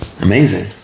Amazing